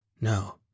No